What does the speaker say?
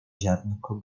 ziarnko